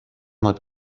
not